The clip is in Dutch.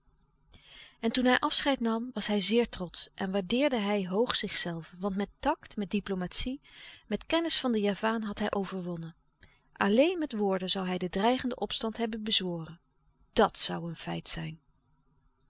en toen hij afscheid nam was hij zeer trotsch en waardeerde hij hoog zichzelven want met tact met diplomatie met kennis van den javaan had hij overwonnen alleen met woorden zoû hij den dreigenden opstand hebben bezworen dat zoû een feit zijn